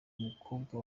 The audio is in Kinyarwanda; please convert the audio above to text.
umukobwa